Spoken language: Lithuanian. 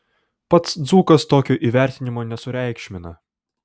pats dzūkas tokio įvertinimo nesureikšmina